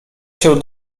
się